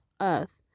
earth